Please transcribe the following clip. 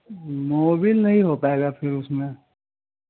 Mobil नहीं हो पाएगा फिर उसमें